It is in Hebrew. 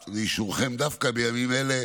מובאת לאישורכם דווקא בימים אלה